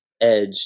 edge